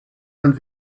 und